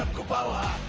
obama